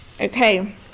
Okay